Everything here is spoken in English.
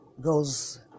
goes